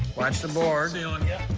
watch the board. ceiling. yep.